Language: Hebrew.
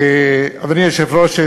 אדוני היושב-ראש,